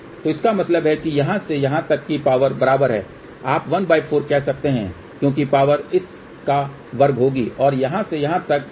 तो इसका मतलब है कि यहाँ से यहाँ तक की पावर बराबर है आप ¼ कह सकते हैं क्योंकि पावर इस का वर्ग होगी और यहाँ से यहाँ तक ¼ होगी